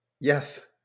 Yes